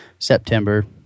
september